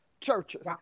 churches